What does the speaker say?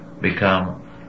become